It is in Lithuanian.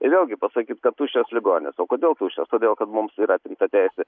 ir vėlgi pasakyt kad tuščios ligoninės o kodėl tuščios todėl kad mums yra atimta teisė